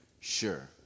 sure